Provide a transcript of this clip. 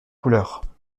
couleurs